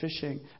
fishing